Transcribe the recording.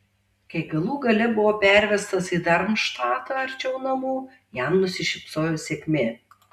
kai galų gale buvo pervestas į darmštatą arčiau namų jam nusišypsojo sėkmė